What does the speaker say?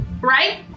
right